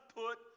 put